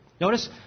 notice